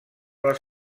les